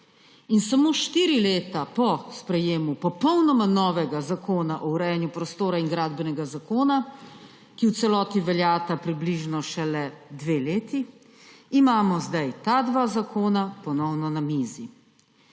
In samo štiri leta po sprejetju popolnoma novega Zakona o urejanju prostora in Gradbenega zakona, ki v celoti veljata približno šele dve leti, imamo zdaj ta dva zakona ponovno na mizi.